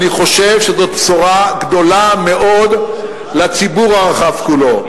אני חושב שזאת בשורה גדולה מאוד לציבור הרחב כולו.